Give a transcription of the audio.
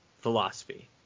philosophy